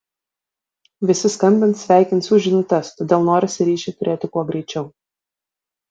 visi skambins sveikins siųs žinutes todėl norisi ryšį turėti kuo greičiau